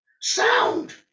Sound